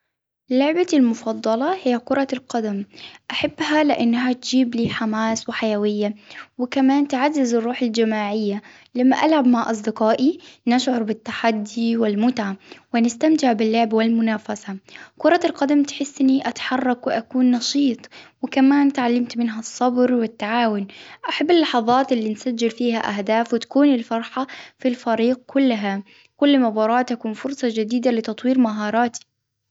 لعبتي المفضلة هي كرة القدم، أحبها لأنها تجيب لي حماس وحيوية، وكمان تعزز الروح الجماعية، لما ألعب مع أصدقائي نشعر بالتحدي والمتعة، ونستمتع باللعب والمنافسة، كرة القدم تحس إني أتحرك وأكون نشيط. كمان، وكمان إتعلمت منها الصبر والتعاون ، أحب اللحظات اللي نسجل فيها أهداف وتكون الفرحة في الفريق كلها، كل مباراة تكون فرصة جديدة لتطوير مهاراتي.